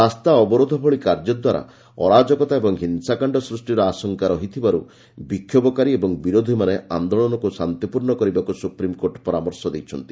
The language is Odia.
ରାସ୍ତା ଅବରୋଧ ଭଳି କାର୍ଯ୍ୟ ଦ୍ୱାରା ଅରାଜକତା ଓ ହିଂସାକାଣ୍ଡ ସୃଷ୍ଟିର ଆଶଙ୍କା ରହିଥିବାରୁ ବିକ୍ଷୋଭକାରୀ ଓ ବିରୋଧୀମାନେ ଆନ୍ଦୋଳନକୁ ଶାନ୍ତିପୂର୍ଣ୍ଣ କରିବାକୁ ସୁପ୍ରିମ୍କୋର୍ଟ ପରାମର୍ଶ ଦେଇଛନ୍ତି